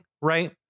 right